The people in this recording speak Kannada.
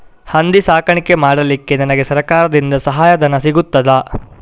ಹಂದಿ ಸಾಕಾಣಿಕೆ ಮಾಡಲಿಕ್ಕೆ ನನಗೆ ಸರಕಾರದಿಂದ ಸಹಾಯಧನ ಸಿಗುತ್ತದಾ?